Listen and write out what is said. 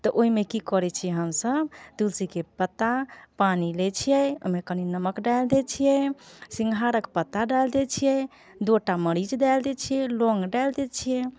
तऽ ओहिमे की करै छी हमसभ तुलसी के पत्ता पानि लै छियै ओहिमे कनि नमक डालि दै छियै सिनघारक पत्ता डालि दै छियै दूटा मरीच डालि दै छियै लोङ्ग डालि दै छियै